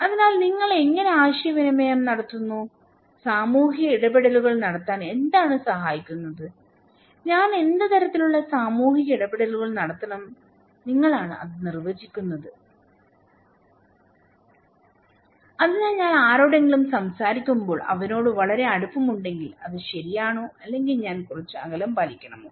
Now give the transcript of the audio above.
അതിനാൽ നിങ്ങൾ എങ്ങനെ ആശയവിനിമയം നടത്തുന്നു സാമൂഹിക ഇടപെടലുകൾ നടത്താൻ എന്താണ് സഹായിക്കുന്നത് ഞാൻ എന്ത് തരത്തിലുള്ള സാമൂഹിക ഇടപെടലുകൾ നടത്തണം നിങ്ങൾ ആണ് അത് നിർവ്വചിക്കുന്നത് അതിനാൽ ഞാൻ ആരോടെങ്കിലും സംസാരിക്കുമ്പോൾ അവനോട് വളരെ അടുപ്പമുണ്ടെങ്കിൽഅത് ശരിയാണോ അല്ലെങ്കിൽ ഞാൻ കുറച്ച് അകലം പാലിക്കണമോ